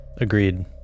Agreed